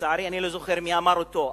ולצערי אני לא זוכר מי אמר אותו,